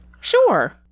Sure